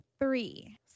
three